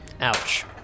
ouch